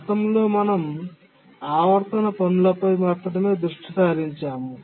గతంలో మనం ఆవర్తన పనులపై మాత్రమే దృష్టి సారించాము